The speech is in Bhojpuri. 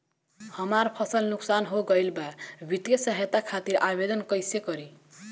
हमार फसल नुकसान हो गईल बा वित्तिय सहायता खातिर आवेदन कइसे करी?